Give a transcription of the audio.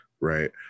right